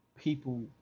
people